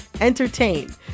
entertain